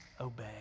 obey